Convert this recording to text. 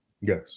Yes